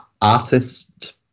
artist